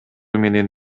менен